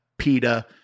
PETA